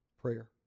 prayer